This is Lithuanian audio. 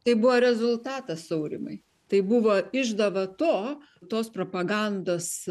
tai buvo rezultatas aurimai tai buvo išdava to tos propagandos